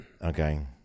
Okay